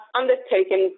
undertaken